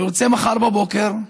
אני רוצה מחר בבוקר,